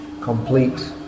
complete